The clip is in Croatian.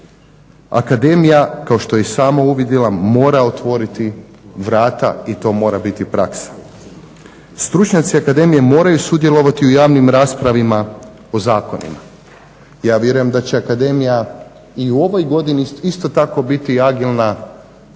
Akademija kao što je i sama uvidjela mora otvoriti vrata i to mora biti praksa. Stručnjaci Akademije moraju sudjelovati u javnim raspravama, o zakonima. Ja vjerujem da će Akademija i u ovoj godini isto tako biti agilna